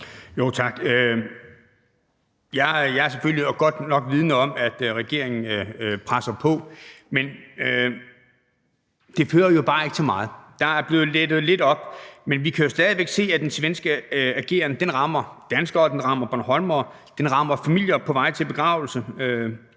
Tak. Jeg er selvfølgelig godt vidende om, at regeringen presser på, men det fører jo bare ikke til meget. Der er blevet lettet lidt, men vi kan jo stadig væk se, at den svenske ageren rammer danskere, og den rammer bornholmere. Den rammer familier på vej til begravelse,